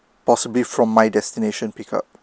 possibly from my destination pickup